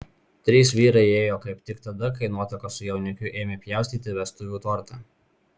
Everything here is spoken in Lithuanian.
trys vyrai įėjo kaip tik tada kai nuotaka su jaunikiu ėmė pjaustyti vestuvių tortą